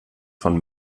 von